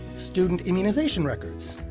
student immunization records,